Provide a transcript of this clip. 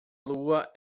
lua